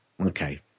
okay